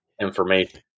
information